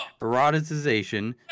eroticization